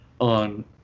on